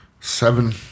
Seven